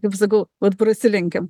kaip sakau vat prasilenkiam